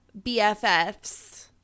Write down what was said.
BFFs